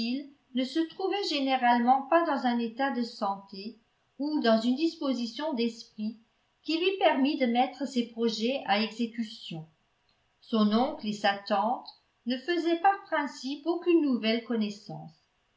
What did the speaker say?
ne se trouvait généralement pas dans un état de santé ou dans une disposition d'esprit qui lui permît de mettre ses projets à exécution son oncle et sa tante ne faisaient par principe aucune nouvelle connaissance